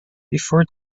before